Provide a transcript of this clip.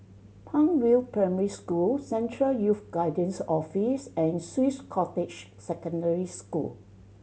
Palm View Primary School Central Youth Guidance Office and Swiss Cottage Secondary School